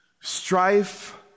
Strife